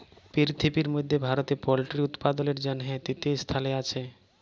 পিরথিবির মধ্যে ভারতে পল্ট্রি উপাদালের জনহে তৃতীয় স্থালে আসে